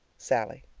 sallie.